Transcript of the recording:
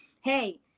hey